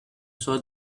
saw